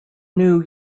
new